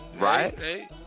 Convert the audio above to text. Right